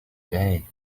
day